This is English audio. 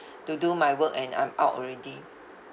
to do my work and I'm out already